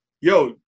yo, –